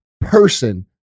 person